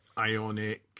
Ionic